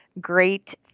great